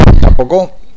¿Tampoco